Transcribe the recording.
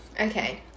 Okay